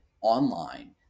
online